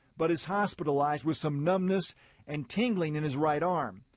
but is hospitalized with some numbness and tingling in his right arm.